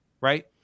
right